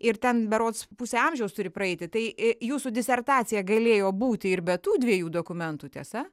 ir ten berods pusę amžiaus turi praeiti tai ė jūsų disertacija galėjo būti ir be tų dviejų dokumentų tiesa